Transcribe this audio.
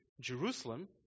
Jerusalem